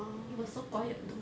it was so quiet though